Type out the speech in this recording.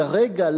לרגע,